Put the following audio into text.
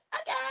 okay